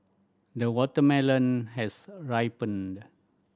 the watermelon has ripened